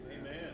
Amen